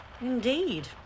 Indeed